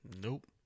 Nope